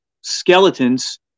skeletons